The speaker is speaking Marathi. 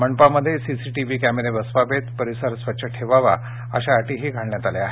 मंडपामध्ये सीसीटीवी कॅमेरे बसवावेत परिसर स्वच्छ ठेवावा अशा अटीही घालण्यात आल्या आहेत